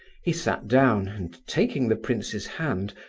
he sat down, and taking the prince's hand,